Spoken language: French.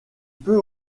peut